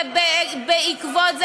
מה זה שייך?